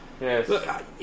Yes